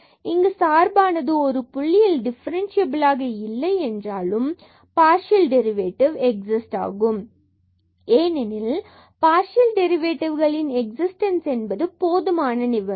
இங்கு சார்பானது ஒரு புள்ளியில் டிஃபரன்ஸ்சியபிலாக இல்லை என்றாலும் பார்சியல் டெரிவேட்டிவ் எக்ஸிஸ்ட் ஆகும் ஏனெனில் பார்சியல் டெரிவேட்டிவ்களின் எக்ஸிஸ்டன்ஸ் போதுமான நிபந்தனை